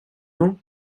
nom